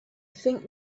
think